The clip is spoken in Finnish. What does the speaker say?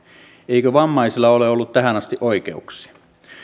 eikö vammaisilla ole ollut tähän asti oikeuksia